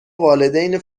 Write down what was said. والدین